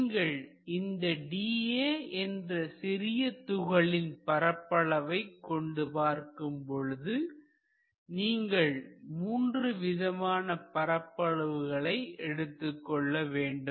நீங்கள் இந்த dA என்ற சிறிய துகளின் பரப்பளவை கொண்டு பார்க்கும் பொழுது நீங்கள் மூன்று விதமான பரப்பளவுகளை எடுத்துக் கொள்ள வேண்டும்